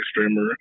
streamer